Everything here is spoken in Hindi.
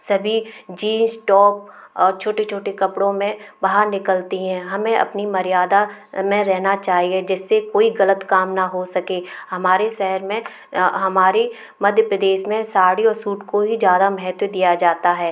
सभी जींस टॉप और छोटे छोटे कपड़ों में बाहर निकलती हैं हमें अपनी मर्यादा में रहना चाहिए जिससे कोई ग़लत काम ना हो सके हमारे शहर में हमारे मध्य प्रदेश में साड़ी और सूट को ही ज़्यादा महत्व दिया जाता है